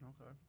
Okay